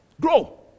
Grow